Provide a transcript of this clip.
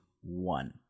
one